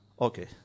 Okay